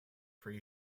pre